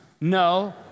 No